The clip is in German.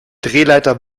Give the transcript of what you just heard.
drehleiter